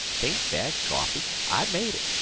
tain't bad coffee. i made it.